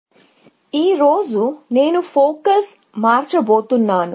branch మరియు bound డిజ్క్రాస్ algorithm ఈ రోజు నేను ఫోకస్ మార్చబోతున్నాను